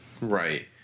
Right